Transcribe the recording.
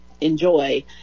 enjoy